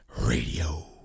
Radio